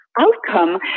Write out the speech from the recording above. outcome